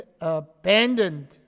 abandoned